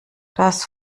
das